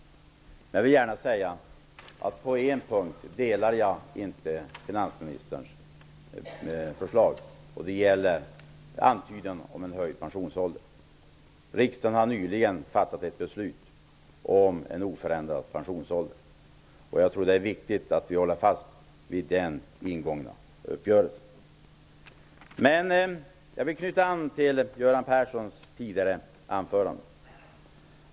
Men på en punkt, och det vill jag gärna säga, instämmer jag inte i finansministerns förslag. Det gäller då antydan om höjd pensionsålder. Riksdagen har nyligen fattat beslut om oförändrad pensionsålder. Jag tror att det är viktigt att vi håller fast vid träffad uppgörelse. Jag vill knyta an till Göran Perssons anförande tidigare här.